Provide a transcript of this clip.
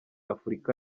afurika